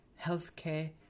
healthcare